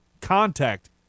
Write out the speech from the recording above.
contact